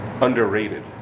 underrated